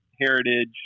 Heritage